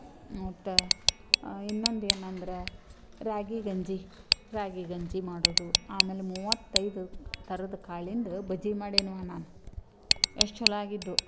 ಮತ್ತು ಇನ್ನೊಂದು ಏನಂದ್ರೆ ರಾಗಿ ಗಂಜಿ ರಾಗಿ ಗಂಜಿ ಮಾಡೋದು ಆಮೇಲೆ ಮೂವತ್ತೈದು ಥರದ್ದು ಕಾಳಿಂದು ಬಜ್ಜಿ ಮಾಡೇನವ್ವ ನಾನು ಎಷ್ಟು ಚೊಲೋ ಆಗಿದ್ದವು